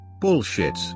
Bullshit